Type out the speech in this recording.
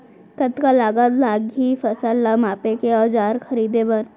कतका लागत लागही फसल ला मापे के औज़ार खरीदे बर?